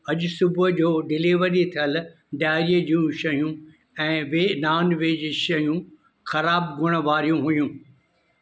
अॼु सुबुह जो डिलीवरी थियल डायरीअ जूं शयूं ऐं वे नॉन वेज शयूं ख़राबु गुण वारियूं हुयूं